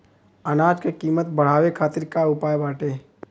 अनाज क कीमत बढ़ावे खातिर का उपाय बाटे?